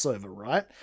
right